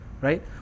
Right